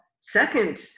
second